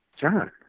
John